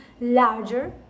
larger